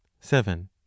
Seven